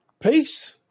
peace